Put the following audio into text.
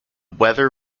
weather